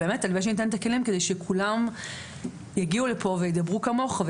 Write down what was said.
ובאמת הלוואי שניתן את הכלים כדי שכולם יגיעו לפה וידברו כמוך,